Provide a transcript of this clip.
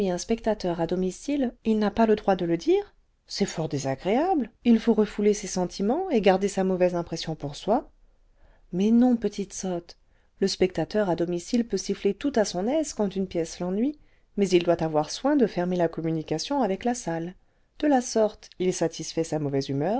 un spectateur à domicile il n'a pas le droit de le dire c'est fort désagréable il faut refouler ses sentiments et garder sa mauvaise impression pour soi i mais non petite sotte le spectateur à domicile peut siffler tout à sein aise quand une pièce l'ennuie mais il doit avoir soin de fermer la communication avec la salle de la sorte il satisfait sa mauvaise humeur